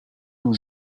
nous